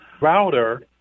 router